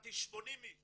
פיטרתי 80 איש